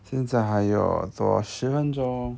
现在还有多十分钟